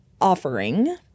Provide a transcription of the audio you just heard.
offering